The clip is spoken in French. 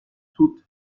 toutes